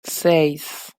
seis